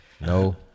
No